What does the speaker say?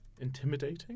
intimidating